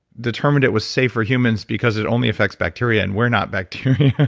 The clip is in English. determined it was safe for humans because it only affects bacteria and we're not bacteria.